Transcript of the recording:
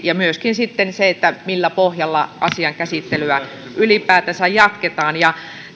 ja myöskin sitten siitä millä pohjalla asian käsittelyä ylipäätänsä jatketaan